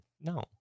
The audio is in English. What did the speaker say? no